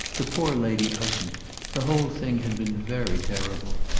to poor lady ushant the whole thing had been very terrible.